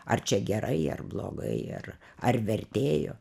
ar čia gerai ar blogai ar ar vertėjo